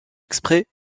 exprès